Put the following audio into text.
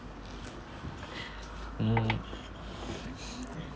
mm